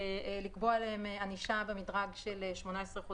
שצריך לקבוע להם ענישה במדרג של 18 חודשים.